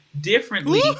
differently